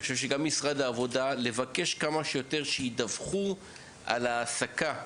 לבקש כמה שיותר שידווחו על ההעסקה.